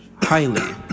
Highly